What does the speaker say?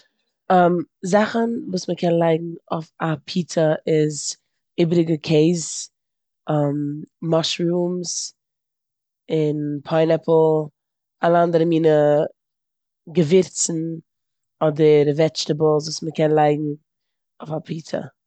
זאכן וואס מ'קען לייגן אויף א פיצא איז איבעריגע קעז, מאשרומס, און פיינעפל. אלע אנדערע מינע געווירצן אדער וועדשטעבלס וואס מ'קען לייגן אויף א פיצא.